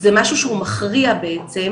זה משהו שהוא מכריע בעצם,